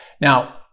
Now